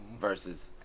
versus